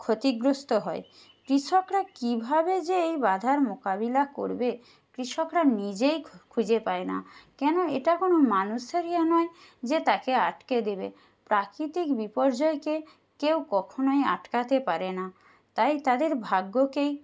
ক্ষতিগ্রস্ত হয় কৃষকরা কীভাবে যে এই বাধার মোকাবিলা করবে কৃষকরা নিজেই খুঁজে পায় না কেনো এটা কোনো মানুষের ইয়ে নয় যে তাকে আটকে দেবে প্রাকৃতিক বিপর্যয়কে কেউ কখনই আটকাতে পারে না তাই তাদের ভাগ্যকেই